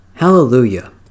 Hallelujah